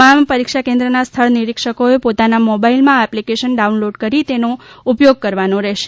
તમામ પરીક્ષા કેન્દ્રના સ્થળ નિરીક્ષકોએ પોતાના મોબાઈલમાં આ એપ્લિકેશન ડાઉનલોડ કરી તેનો ઉપયોગ કરવાનો રહેશે